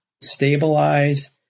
stabilize